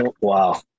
Wow